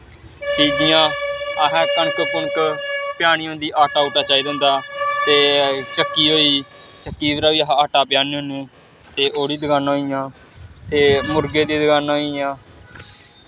फिर जि'यां असें कनक कुनक प्याह्नी होंदी आटा ऊटा चाहिदा होंदा ते चक्की होई चक्की पर बी अस आटा प्याह्ने होन्ने ते ओह्कड़ी दकानां होई गेइयां ते मुर्गें दी दकानां होई गेइयां